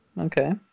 okay